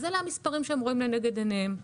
אלה המספרים שהם רואים לנגד עיניהם,